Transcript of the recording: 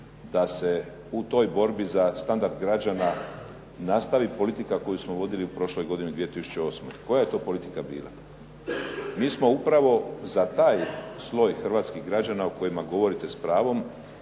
da se u toj borbi za standard građana nastavi politika koju smo vodili u prošloj godini 2008. Koja je to politika bila? Mi smo upravo za taj sloj hrvatskih građana o kojima govorite s pravom